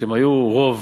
שהם היו רוב,